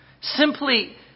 Simply